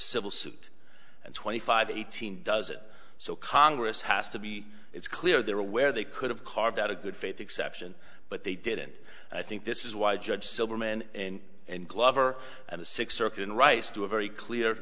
civil suit and twenty five eighteen does it so congress has to be it's clear they're aware they could have carved out a good faith exception but they didn't and i think this is why judge silverman and and glover and the sixth circuit and rice do a very clear